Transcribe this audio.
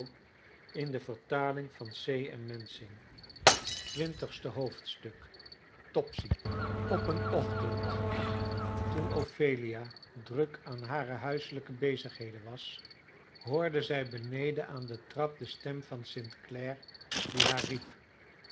twintigste hoofdstuk topsy op een ochtend toen ophelia druk aan hare huiselijke bezigheden was hoorde zij beneden aan de trap de stem van st clare die haar